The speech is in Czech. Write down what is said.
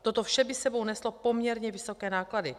Toto vše by s sebou neslo poměrně vysoké náklady.